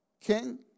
King